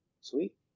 sweet